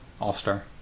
all-star